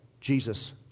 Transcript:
Jesus